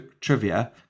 trivia